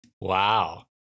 Wow